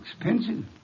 expensive